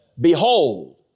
Behold